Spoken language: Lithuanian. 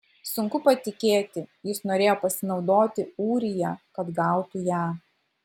sunku patikėti jis norėjo pasinaudoti ūrija kad gautų ją